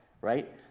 right